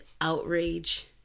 outrage